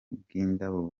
bw’indabo